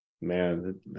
Man